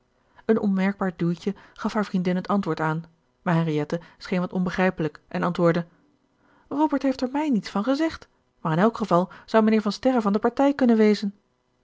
een onmerkbaar duwtje gaf haar vriendin het antwoord aan maar henriëtte scheen wat onbegrijpelijk en antwoordde robert heeft er mij niets van gezegd maar in elk geval zou mijnheer van sterren van de partij kunnen wezen